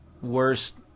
worst